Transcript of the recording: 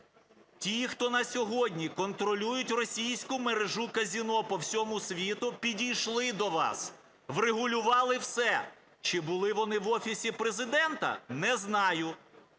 Ті, хто на сьогодні контролюють російську мережу казино по всьому світу, підійшли до вас, врегулювали все. Чи були вони в Офісі Президента? Не знаю.